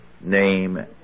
name